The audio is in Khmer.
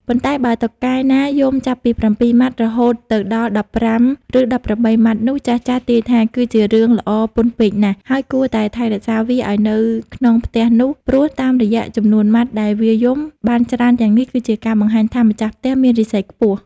ប៉ុន្តែបើតុកកែណាយំចាប់ពី ៧ម៉ាត់ រហូតទៅដល់ ១៥ ឬ ១៨ ម៉ាត់នោះ ចាស់ៗទាយថា គឺជារឿងល្អពន់ពេកណាស់ ហើយគួរតែថែរក្សាវាឱ្យនៅក្នុងផ្ទះនោះ ព្រោះតាមរយៈចំនួនម៉ាត់ដែលវាយំបានច្រើនយ៉ាងនេះ គឺជាការបង្ហាញថា ម្ចាស់ផ្ទះមានរាសីខ្ពស់។